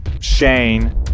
Shane